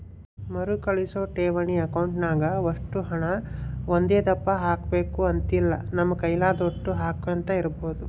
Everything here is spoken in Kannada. ಮರುಕಳಿಸೋ ಠೇವಣಿ ಅಕೌಂಟ್ನಾಗ ಒಷ್ಟು ಹಣ ಒಂದೇದಪ್ಪ ಹಾಕ್ಬಕು ಅಂತಿಲ್ಲ, ನಮ್ ಕೈಲಾದೋಟು ಹಾಕ್ಯಂತ ಇರ್ಬೋದು